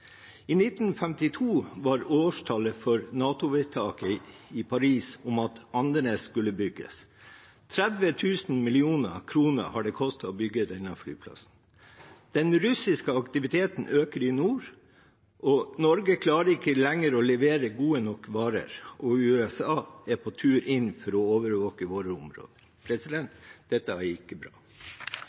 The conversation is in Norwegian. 1952 var årstallet for NATO-vedtaket i Paris om at flyplassen på Andenes skulle bygges. 30 000 mill. kr har det kostet å bygge denne flyplassen. Den russiske aktiviteten øker i nord. Norge klarer ikke lenger å levere gode nok varer. Og USA er på vei inn for å overvåke våre områder. President – dette er ikke bra!